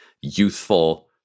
youthful